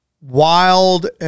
wild